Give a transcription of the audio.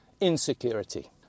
insecurity